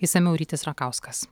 išsamiau rytis rakauskas